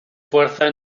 fuerzas